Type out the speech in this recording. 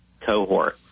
cohort